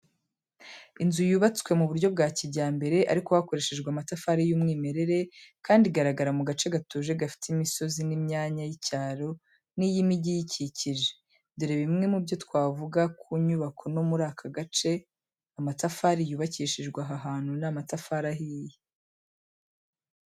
Inzu yubatse mu buryo bwa kijyambere ariko hakoreshejwe amatafari y’umwimerere, kandi igaragara mu gace gatuje gafite imisozi n’imyanya y’icyaro n’iy’imijyi iyikikije. Dore bimwe mu byo twavuga ku nyubako no muri akagace, amatafari yubakishijwe aha hantu ni amatafari ahiye.